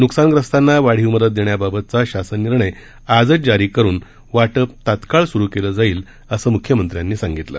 नुकसानग्रस्तांना वाढीव मदत देण्याबाबतचा शासन निर्णय आजच जारी करुन वाटप तात्काळ सुरु केलं जाईल असं मुख्यमंत्र्यांनी सांगितलं